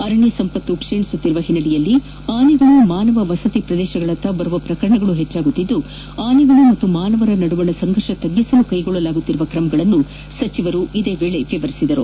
ಅರಣ್ಣ ಸಂಪತ್ತು ಕ್ಷೀಣಿಸುತ್ತಿರುವ ಹಿನ್ನೆಲೆಯಲ್ಲಿ ಆನೆಗಳು ಮಾನವ ವಸತಿ ಪ್ರದೇಶಗಳತ್ತ ಬರುವ ಪ್ರಕರಣಗಳು ಹೆಚ್ಚಾಗುತ್ತಿರುವ ಹಿನ್ನೆಲೆಯಲ್ಲಿ ಆನೆಗಳು ಮತ್ತು ಮಾನವರ ನಡುವಣ ಸಂಘರ್ಷ ತಗ್ಗಿಸಲು ಕೈಗೊಳ್ಳಲಾಗುತ್ತಿರುವ ತ್ರಮಗಳನ್ನು ಸಚಿವರು ವಿವರಿಸಿದರು